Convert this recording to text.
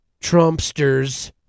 Trumpsters